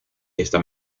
esta